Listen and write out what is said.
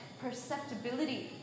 perceptibility